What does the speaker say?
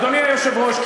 אדוני היושב-ראש,